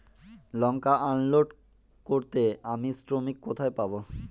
লঙ্কা unload করতে আমি শ্রমিক কোথায় পাবো?